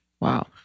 Wow